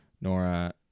Nora